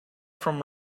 from